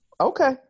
Okay